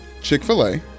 Chick-fil-A